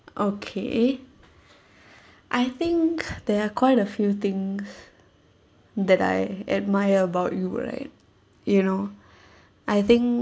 okay I think there are quite a few things that I admire about you right you know I think